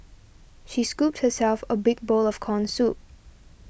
she scooped herself a big bowl of Corn Soup